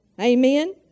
Amen